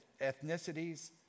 ethnicities